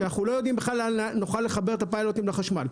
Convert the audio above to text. שאנחנו לא יודעים בכלל לאן נוכל לחבר את הפיילוטים לחשמל.